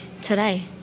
Today